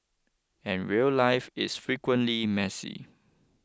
and real life is frequently messy